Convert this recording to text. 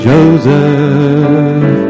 Joseph